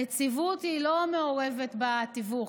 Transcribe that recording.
הנציבות לא מעורבת בתיווך,